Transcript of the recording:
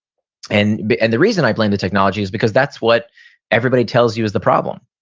and but and the reason i blamed the technology is because that's what everybody tells you is the problem.